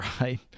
right